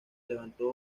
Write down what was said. levantó